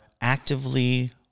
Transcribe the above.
actively